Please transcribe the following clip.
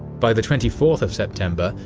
by the twenty fourth of september,